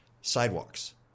sidewalks